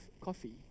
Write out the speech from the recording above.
coffee